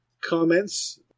comments